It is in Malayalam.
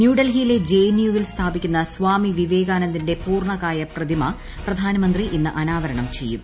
ന്യൂഡൽഹിയിലെ ജെ എൻ യു വിൽ സ്ഥാപിക്കുന്ന സ്ഥാമി വിവേകാനന്ദന്റെ പൂർണകായ പ്രതിമ്യ പ്രധാനമന്ത്രി ഇന്ന് അനാവരണം ചെയ്യും